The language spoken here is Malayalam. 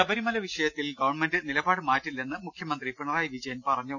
ശബരിമല വിഷയത്തിൽ ഗവൺമെന്റ് നിലപാട് മാറ്റില്ലെന്ന് മുഖ്യ മന്ത്രി പിണറായി വിജയൻ പറഞ്ഞു